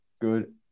good